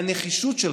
והנחישות שלך,